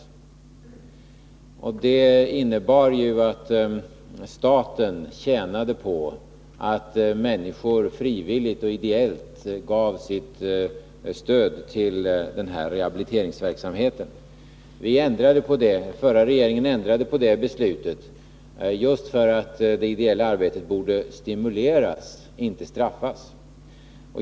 Det innebar att staten tjänade på att människor frivilligt och ideellt gav sitt stöd till rehabiliteringsverksamheten. Den förra regeringen ändrade på det beslutet just för att det ideella arbetet borde stimuleras, inte straffas.